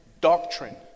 doctrine